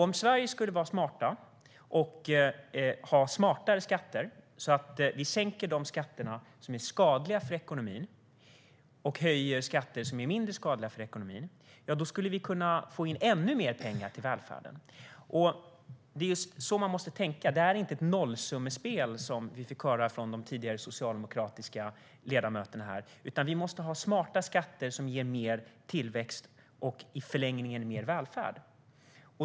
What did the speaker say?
Om Sverige skulle vara smart och ha smartare skatter, om vi skulle sänka de skatter som är skadliga för ekonomin och höja de skatter som är mindre skadliga för ekonomin, skulle vi kunna få in ännu mer pengar till välfärden. Det är just så man måste tänka. Det är inte ett nollsummespel, som vi fick höra tidigare från de socialdemokratiska ledamöterna här, utan vi måste ha smarta skatter som ger mer tillväxt och i förlängningen mer välfärd.